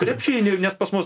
krepšinį nes pas mus